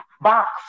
box